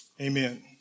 Amen